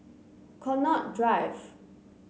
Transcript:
Connaught Drive